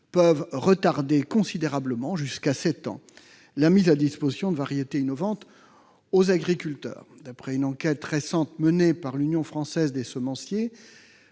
peuvent retarder considérablement- jusqu'à sept ans -la mise à disposition de variétés innovantes aux agriculteurs. D'après une enquête récente menée par l'Union française des semenciers,